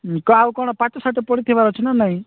ଆଉ କ'ଣ ପାଠ ସାଠ ପଢ଼ିଥିବାର ଅଛି ନା ନାଇଁ